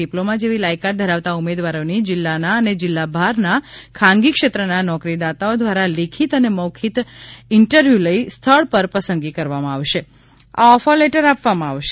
diploma જેવી લાયકાત ધરાવતા ઉમેદવારોની જિલ્લાના અને જિલ્લા બહારના ખાનગી ક્ષેત્રના નોકરીદાતાઓ દ્વારા લેખિત અને મૌખિક ઈન્ટરવ્યુ લઈ સ્થળ પર પસંદગી કરવામાં આવશે તથા ઓફર લેટર આપવામાં આવશે